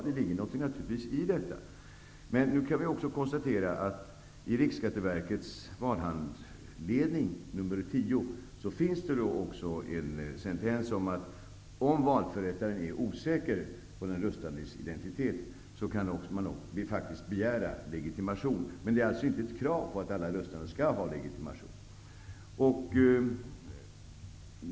Det ligger naturligtvis någonting i detta, men vi kan också konstatera att det i Riksskatteverkets valhandledning nr 10 finns en passus om att för den händelse att valförrättaren är osäker om den röstandes identitet, kan man faktiskt begära legitimation. Men det är inte ett krav att alla röstande skall ha legitimation.